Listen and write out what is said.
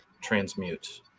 transmute